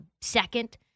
second